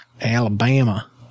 Alabama